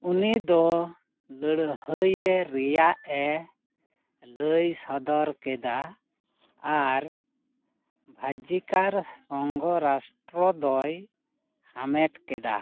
ᱩᱱᱤ ᱫᱚ ᱞᱟᱹᱲᱦᱟᱹᱭᱮ ᱨᱮᱭᱟᱜᱼᱮ ᱞᱟᱹᱭ ᱥᱚᱫᱚᱨ ᱠᱮᱫᱟ ᱟᱨ ᱵᱷᱟᱡᱽᱡᱤᱠᱟᱨ ᱥᱚᱝᱜᱷᱚ ᱨᱟᱥᱴᱨᱚ ᱫᱚᱭ ᱦᱟᱢᱮᱴ ᱠᱮᱫᱟ